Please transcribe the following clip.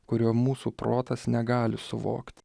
kurio mūsų protas negali suvokt